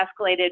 escalated